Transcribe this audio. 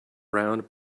round